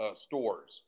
stores